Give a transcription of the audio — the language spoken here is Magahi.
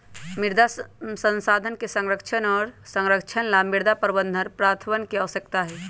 मृदा संसाधन के संरक्षण और संरक्षण ला मृदा प्रबंधन प्रथावन के आवश्यकता हई